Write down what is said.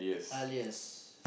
alias yes